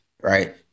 right